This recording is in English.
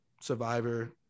Survivor